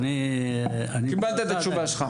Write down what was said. אני מזועזע --- אז קיבלת את התשובה שלך,